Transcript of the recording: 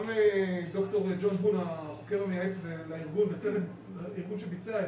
גם ד"ר ג'ון החוקר המייעץ לארגון שביצע,